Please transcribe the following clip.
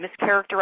mischaracterized